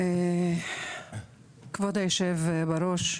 כבוד היושב בראש,